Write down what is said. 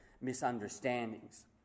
misunderstandings